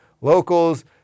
Locals